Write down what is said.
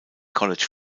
college